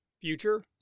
future